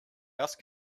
else